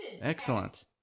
Excellent